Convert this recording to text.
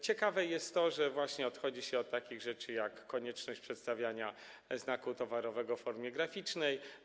Ciekawe jest to, że odchodzi się od takich rzeczy jak konieczność przedstawiania znaku towarowego w formie graficznej.